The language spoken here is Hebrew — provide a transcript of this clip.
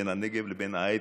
בין הנגב לבין ההייטק.